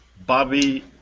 Bobby